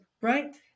right